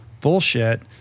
bullshit